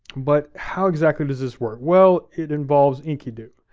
but how exactly does this work? well, it involves enkidu.